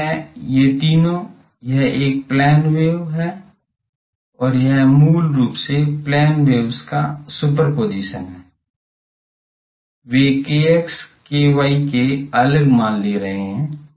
यह है ये तीनों यह एक प्लेन वेव है और यह मूल रूप से प्लेन वेव्स का सुपरपोजिशन है वे kx ky के अलग मान ले रहे हैं